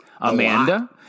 Amanda